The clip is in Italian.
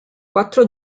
quattro